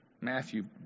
Matthew